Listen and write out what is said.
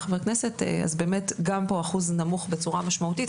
אז באמת גם פה האחוז נמוך בצורה משמעותית.